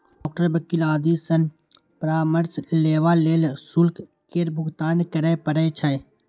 doctor, वकील आदि सं परामर्श लेबा लेल शुल्क केर भुगतान करय पड़ै छै